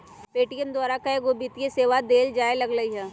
Paytm द्वारा कएगो वित्तीय सेवा देल जाय लगलई ह